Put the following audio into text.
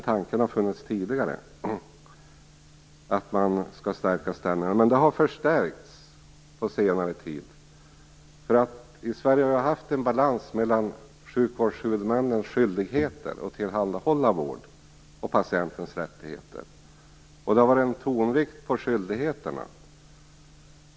Tanken har funnits tidigare att man skall stärka patienternas ställning, och den har förstärkts på senare tid. I Sverige har vi haft en balans mellan sjukvårdshuvudmännens skyldigheter att tillhandahålla vård och patientens rättigheter. Det har legat en tonvikt på skyldigheterna.